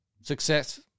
success